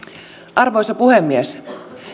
arvoisa puhemies